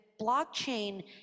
blockchain